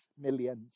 millions